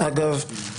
אגב,